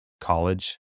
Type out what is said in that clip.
college